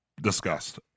discussed